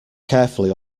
carefully